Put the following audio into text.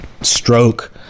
stroke